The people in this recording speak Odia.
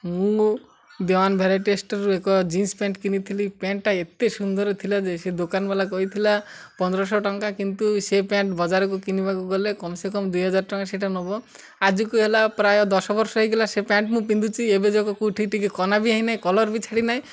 ମୁଁ ଦେୱାନ ଭେରାଇଟି ଷ୍ଟୋରରୁ ଏକ ଜିନ୍ସ ପ୍ୟାଣ୍ଟ କିଣିଥିଲି ପ୍ୟାଣ୍ଟଟା ଏତେ ସୁନ୍ଦର ଥିଲା ଯେ ସେ ଦୋକାନବାଲା କହିଥିଲା ପନ୍ଦରଶହ ଟଙ୍କା କିନ୍ତୁ ସେ ପ୍ୟାଣ୍ଟ ବଜାରକୁ କିଣିବାକୁ ଗଲେ କମ୍ ସେ କମ୍ ଦୁଇହଜାର ଟଙ୍କା ସେଇଟା ନବ ଆଜକୁ ହେଲା ପ୍ରାୟ ଦଶ ବର୍ଷ ହେଇଗଲା ସେ ପ୍ୟାଣ୍ଟ ମୁଁ ପିନ୍ଧୁଛି ଏବେ ଯୋଗକୁ ଉଠି ଟିକେ କନା ବି ହେଇ ନାହିଁ କଲର୍ ବି ଛାଡ଼ି ନାହିଁ